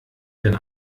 denn